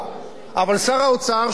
שלא מנהל את משרד האוצר,